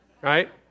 Right